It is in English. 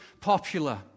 popular